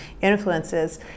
influences